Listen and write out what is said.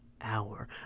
Hour